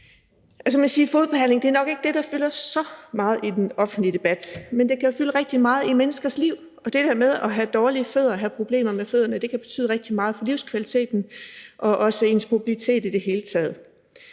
fodbehandling nok ikke er det, der fylder så meget i den offentlige debat, men det kan jo fylde rigtig meget i menneskers liv. Det der med at have dårlige fødder og have problemer med fødderne kan betyde rigtig meget for livskvaliteten og også for ens mobilitet i det hele taget.